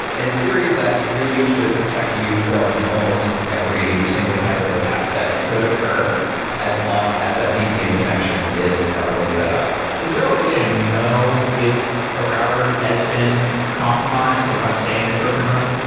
in theory, that really should protect you from almost every single type of attack that could occur as long as that vpn connection is properly set up is there a way to know if a router has been compromised, if i'm staying at a short-term rental?